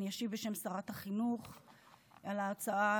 אני אשיב בשם שרת החינוך על ההצעה